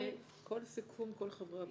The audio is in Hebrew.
כל סיכום, כל חברי הוועדה מקבלים.